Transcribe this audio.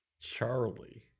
charlie